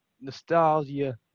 nostalgia